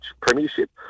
premiership